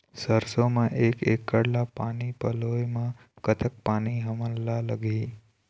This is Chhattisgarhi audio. सरसों म एक एकड़ ला पानी पलोए म कतक पानी हमन ला लगही?